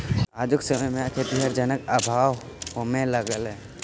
आजुक समय मे खेतीहर जनक अभाव होमय लगलै